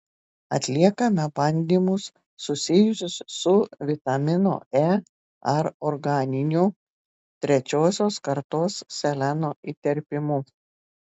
atliekame bandymus susijusius su vitamino e ar organiniu trečiosios kartos seleno įterpimu